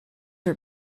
are